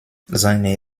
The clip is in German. seine